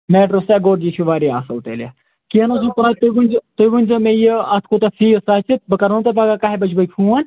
میٹہٕ روستٕے آ گوٚو یہِ چھُ وارِیاہ اصٕل تیٚلہِ کیٚنٛہہ نَہ حظ چھُنہٕ پَرواے تُہۍ ؤنزیٚو تُہۍ ؤنزیٚو مےٚ یہِ اَتھ کوٗتاہ فیٖس آسہِ بہٕ کَرہو نَہ تۄہہِ پَگاہ کاہہِ بجہِ بٲگۍ فوٗن